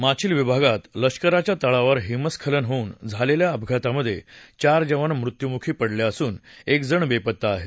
माछील विभागात लष्कराच्या तळावर हिमस्खलन होऊन झालेल्या अपघातामध्ये चार जवान मृत्यूमुखी पडले असून एकजण बेपत्ता आहे